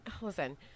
listen